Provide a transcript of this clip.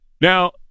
Now